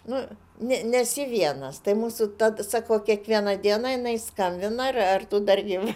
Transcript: nu ne nesi vienas tai mūsų tad sako kiekvieną dieną jinai skambina ar tu dar gyva